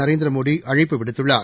நரேந்திரமோடிஅழைப்புவி டுத்துள்ளார்